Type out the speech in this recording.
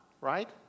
right